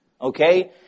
Okay